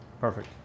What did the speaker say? Perfect